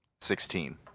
Sixteen